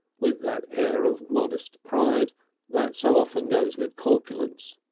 with that air of modest pride that so often goes with corpulence,